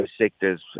sectors